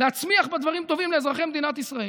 להצמיח בה דברים טובים לאזרחי מדינת ישראל.